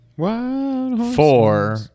four